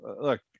look